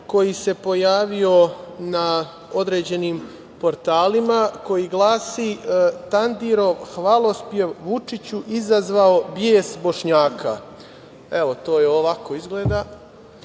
koji se pojavio na određenim portalima, koji glasi „Tandirov hvalospev Vučiću izazvao bes Bošnjaka“. Evo, to ovako izgleda. Ja